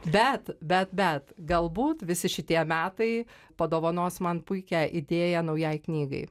bet bet bet galbūt visi šitie metai padovanos man puikią idėją naujai knygai